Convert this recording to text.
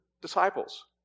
disciples